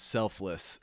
Selfless